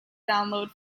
download